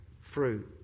fruit